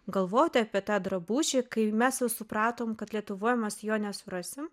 galvoti apie tą drabužį kai mes jau supratom kad lietuvoj mes jo nesurasim